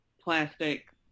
plastic